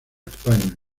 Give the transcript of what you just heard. españa